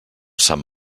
sant